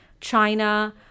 China